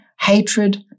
hatred